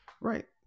right